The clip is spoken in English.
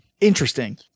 interesting